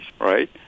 right